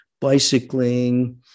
bicycling